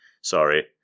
Sorry